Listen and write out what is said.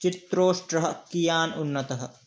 चित्रोष्ट्रः कियान् उन्नतः